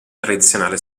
tradizionale